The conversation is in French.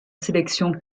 sélection